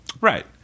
Right